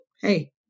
hey